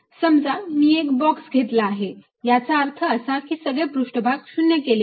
समजा मी एक बॉक्स घेतला आहे याचा अर्थ असा की सगळे पृष्ठभाग 0 केले आहेत